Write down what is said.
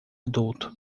adulto